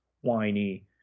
whiny